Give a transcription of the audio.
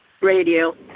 radio